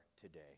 today